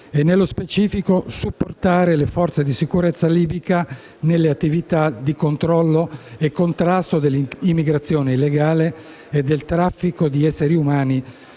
e, nello specifico, supportare le forze di sicurezza libica nelle attività di controllo e contrasto dell'immigrazione illegale e del traffico di esseri umani